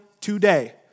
today